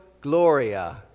Gloria